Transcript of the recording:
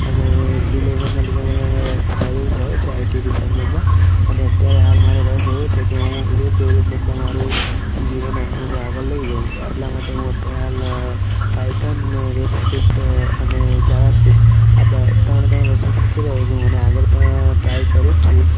અને સી લેન્ગ્વેજન લીધે મને ફાયદો થયો છે આઇટી ડિપાર્ટમેન્ટમાં અને અત્યારે હાલ મારો રસ એવો છે કે હું વેબ ડેવલપમેન્ટમાં મારું જીવન હરોળ આગળ લઈ જાઉં એટલા માટે હું અત્યારે હાલ પાઇથન ને વેબ સ્ક્રિપ્ટ અને જાવા સ્ક્રિપ્ટ આ ત્રણે ત્રણ વસ્તુ શીખી રહ્યો છું અને આગળ પણ ટ્રાય કરું જ છું